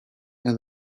and